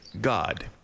God